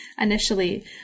initially